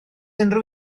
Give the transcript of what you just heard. unrhyw